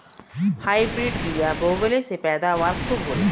hybrid बिया बोवले से पैदावार खूब होला